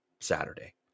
Saturday